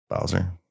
Bowser